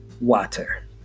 water